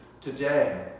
today